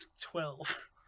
Twelve